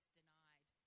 denied